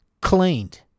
cleaned